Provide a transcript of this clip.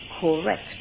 correct